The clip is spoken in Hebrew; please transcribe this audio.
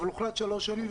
הוחלט שזה יהיה שלוש שנים,